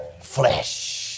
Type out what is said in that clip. flesh